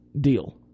deal